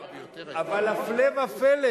שאלו מי בליכוד, אבל הפלא ופלא,